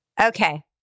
okay